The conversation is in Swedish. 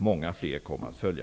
Många fler kommer att följa.